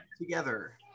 together